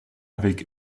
avec